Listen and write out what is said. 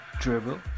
Dribble